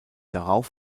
darauf